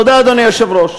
תודה, אדוני היושב-ראש.